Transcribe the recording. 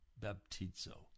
Baptizo